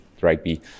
rugby